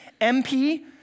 MP